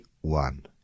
one